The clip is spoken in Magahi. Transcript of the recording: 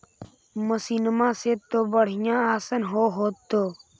मसिनमा से तो बढ़िया आसन हो होतो?